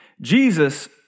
Jesus